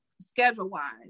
schedule-wise